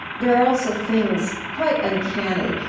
there are also things, quite uncanny,